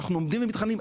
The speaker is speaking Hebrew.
אנחנו מתחננים,